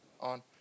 on